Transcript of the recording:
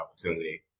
opportunity